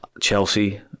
Chelsea